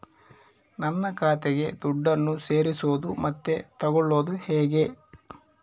ನನ್ನ ಖಾತೆಗೆ ದುಡ್ಡನ್ನು ಸೇರಿಸೋದು ಮತ್ತೆ ತಗೊಳ್ಳೋದು ಹೇಗೆ?